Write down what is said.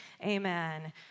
Amen